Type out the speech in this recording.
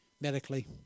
medically